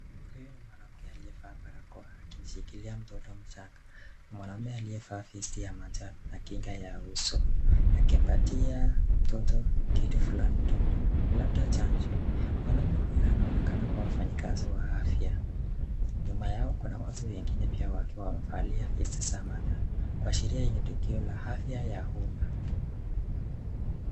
Huyu ni mwanamke aliye valia barakoa akimshikilia mtoto mchanga na mwanaume aliyevalia vesti ya manjano na kinga ya uso akimpatia mtoto kitu fulani mdomoni, labda chanjo. Mwanaume huyu anaonekana kuwa mfanyakazi wa afya. Nyuma yao kuna watu wengine wamevalia vesti za manjano, kuashiria hili ni tukio ya afya ya uma.